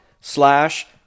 slash